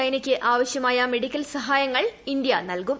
ചൈനയ്ക്ക് ആവശ്യമായ മെഡിക്കൽ സഹായങ്ങൾ ഇന്ത്യ നൽകും